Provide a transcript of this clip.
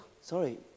sorry